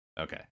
Okay